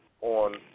on